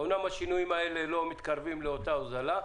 אמנם השינויים האלה לא מתקרבים לאותה הוזלה,